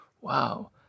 Wow